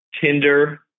Tinder